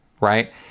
right